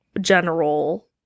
general